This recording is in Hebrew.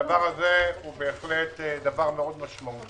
הדבר הזה הוא בהחלט דבר מאוד משמעותי.